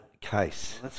case